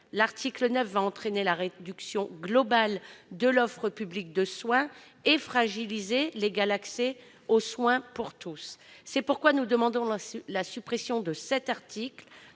l'article 9 entraînera la réduction globale de l'offre publique de soins et fragilisera l'égal accès aux soins pour tous. Nous demandons donc la suppression de cet article